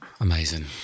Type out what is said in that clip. Amazing